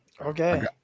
Okay